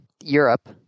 Europe